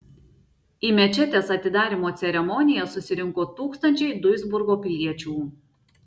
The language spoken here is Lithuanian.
į mečetės atidarymo ceremoniją susirinko tūkstančiai duisburgo piliečių